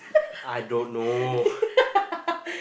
I don't know